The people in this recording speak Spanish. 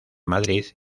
madrid